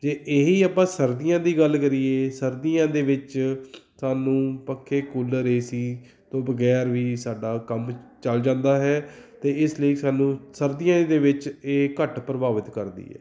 ਜੇ ਇਹੀ ਆਪਾਂ ਸਰਦੀਆਂ ਦੀ ਗੱਲ ਕਰੀਏ ਸਰਦੀਆਂ ਦੇ ਵਿੱਚ ਸਾਨੂੰ ਪੱਖੇ ਕੂਲਰ ਏ ਸੀ ਤੋਂ ਬਗੈਰ ਵੀ ਸਾਡਾ ਕੰਮ ਚੱਲ ਜਾਂਦਾ ਹੈ ਅਤੇ ਇਸ ਲਈ ਸਾਨੂੰ ਸਰਦੀਆਂ ਦੇ ਵਿੱਚ ਇਹ ਘੱਟ ਪ੍ਰਭਾਵਿਤ ਕਰਦੀ ਹੈ